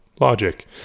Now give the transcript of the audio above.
logic